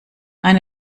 eine